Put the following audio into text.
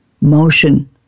Motion